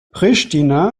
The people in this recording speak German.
pristina